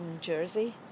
Jersey